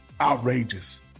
outrageous